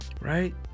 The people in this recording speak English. Right